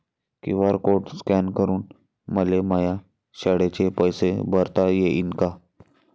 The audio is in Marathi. क्यू.आर कोड स्कॅन करून मले माया शाळेचे पैसे भरता येईन का?